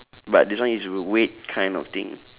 but this one is w~ weight kind of thing